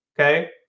okay